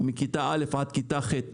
מכיתה א' עד כיתה ח',